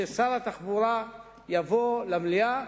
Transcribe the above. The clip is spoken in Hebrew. ששר התחבורה יבוא למליאה,